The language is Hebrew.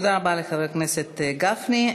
תודה רבה לחבר הכנסת גפני.